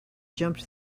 jumped